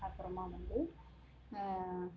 அப்புறமா வந்து